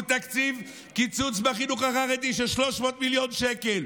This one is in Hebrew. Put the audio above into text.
הוא קיצוץ תקציב בחינוך החרדי של 300 מיליון שקל.